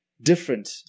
different